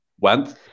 went